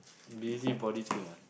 busybody thing ah